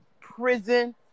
prison